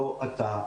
לא אתה,